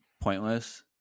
pointless